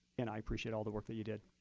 and i appreciate all the work that you did.